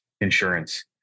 Insurance